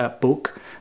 book